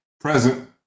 Present